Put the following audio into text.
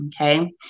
okay